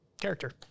character